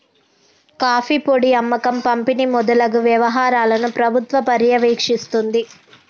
coffee పొడి అమ్మకం పంపిణి మొదలగు వ్యవహారాలను ప్రభుత్వం పర్యవేక్షిస్తుంది